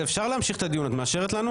אני לא צווחנית ואני לא תרנגולת.